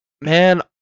Man